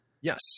Yes